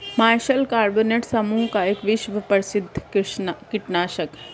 martial carbonate समूह का एक विश्व प्रसिद्ध कीटनाशक है